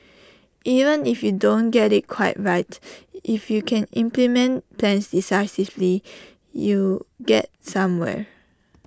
even if you don't get IT quite right if you can implement plans decisively you get somewhere